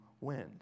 wind